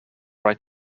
right